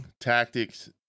tactics